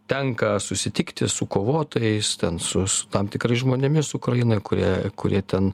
tenka susitikti su kovotojais ten su su tam tikrais žmonėmis ukrainoj kurie kurie ten